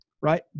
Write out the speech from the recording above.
right